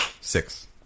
six